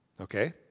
Okay